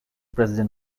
president